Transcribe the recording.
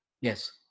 Yes